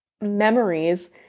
memories